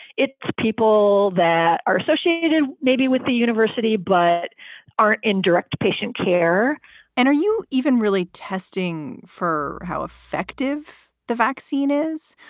it's people that are associated maybe with the university but aren't indirect patient care and are you even really testing for how effective the vaccine is?